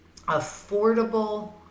affordable